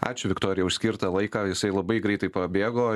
ačiū viktorija už skirtą laiką jisai labai greitai pabėgo